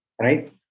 right